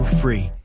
free